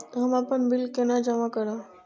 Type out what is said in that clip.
हम अपन बिल केना जमा करब?